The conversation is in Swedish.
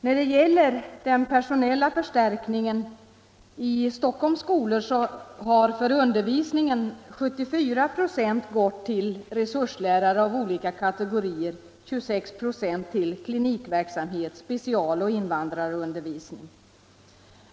När det gäller den personella förstärkningen i Stockholms skolor har för undervisningen 74 96 gått till resurslärare av olika kategorier och 26 96 till klinikverksamhet samt specialoch invandrarundervisning.